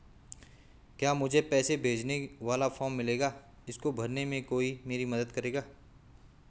क्या मुझे पैसे भेजने वाला फॉर्म मिलेगा इसको भरने में कोई मेरी मदद करेगा?